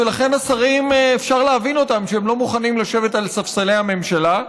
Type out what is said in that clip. ולכן אפשר להבין את השרים שהם לא מוכנים לשבת על ספסלי הממשלה.